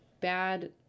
bad